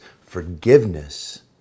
forgiveness